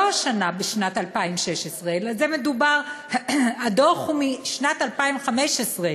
לא השנה בשנת 2016, הדוח הוא משנת 2015,